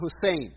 Hussein